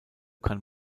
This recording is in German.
kann